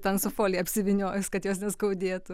ten su folija apsivyniojus kad jos neskaudėtų